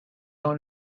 dans